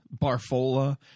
barfola